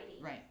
Right